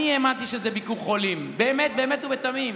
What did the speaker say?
אני האמנתי שזה ביקור חולים באמת, באמת ובתמים.